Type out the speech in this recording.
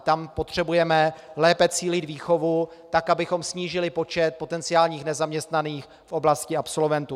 Tam potřebujeme lépe cílit výchovu, tak abychom snížili počet potenciálních nezaměstnaných v oblasti absolventů.